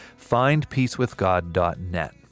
findpeacewithgod.net